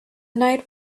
night